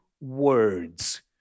words